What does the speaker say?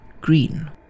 green